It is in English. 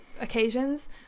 occasions